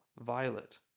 violet